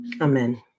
Amen